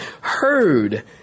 heard